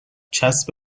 چسب